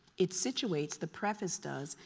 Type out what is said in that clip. it situates, the preface does,